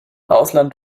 ausland